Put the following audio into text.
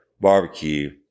barbecue